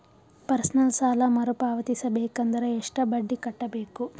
Personal ಸಾಲ ಮರು ಪಾವತಿಸಬೇಕಂದರ ಎಷ್ಟ ಬಡ್ಡಿ ಕಟ್ಟಬೇಕು?